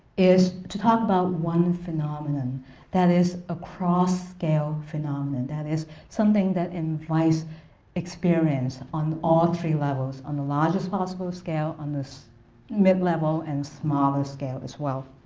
is to talk about one phenomenon that is a cross-scale phenomenon, that is something that invites experience on all three levels, on the largest possible scale, on the mid-level, and small scale as well.